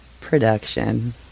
production